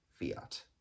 Fiat